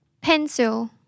pencil